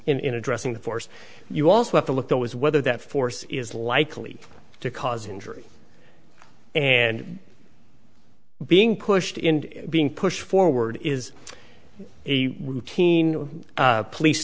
in addressing the force you also have to look there was whether that force is likely to cause injury and being pushed into being pushed forward is a routine police